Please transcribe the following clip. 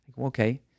okay